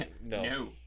No